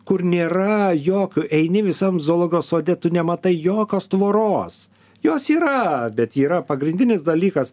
kur nėra jokių eini visam zoologijos sode tu nematai jokios tvoros jos yra bet yra pagrindinis dalykas